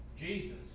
Jesus